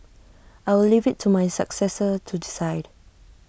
I will leave IT to my successor to decide